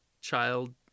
child